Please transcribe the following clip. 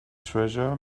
treasure